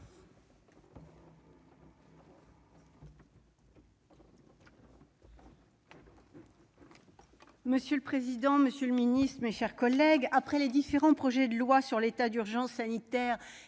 Monsieur le président, monsieur le secrétaire d'État, mes chers collègues, après les différents projets de loi sur l'état d'urgence sanitaire et